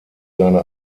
seine